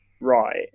right